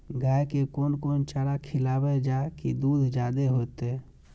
गाय के कोन कोन चारा खिलाबे जा की दूध जादे होते?